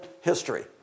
history